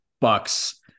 Bucks